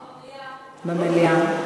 במליאה.